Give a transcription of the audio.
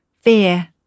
fear